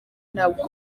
ntabwo